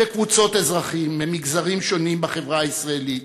וקבוצות אזרחים ממגזרים שונים בחברה הישראלית,